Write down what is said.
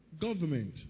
government